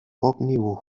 ómnibus